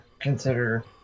consider